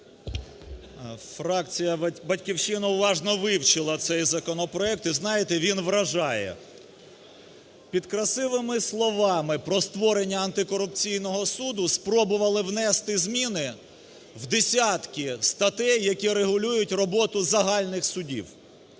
Фракція "Батьківщина" уважно вивчила цей законопроект і знаєте, він вражає. Під красивими словами про створення антикорупційного суду пробували внести зміни в десятки статей, які регулюють роботу загальних судів.